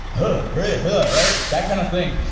huh, re, huh, right? that kind of thing.